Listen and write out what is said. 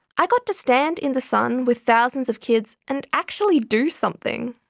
i got to stand in the sun with thousands of kids and actually do something.